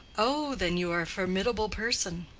oh, then, you are a formidable person.